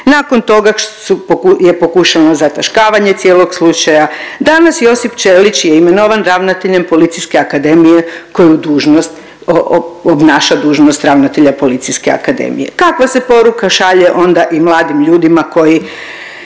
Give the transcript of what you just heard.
je pokušano zataškavanje cijelog slučaja, danas Josip Ćelić je imenovan ravnateljem Policijske akademije koju dužnost, obnaša dužnost ravnatelja Policijske akademije. Kakva se poruka šalje onda i mladim ljudima koji